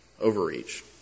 overreach